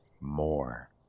more